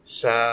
sa